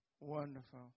Wonderful